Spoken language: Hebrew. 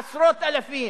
עשרות אלפים,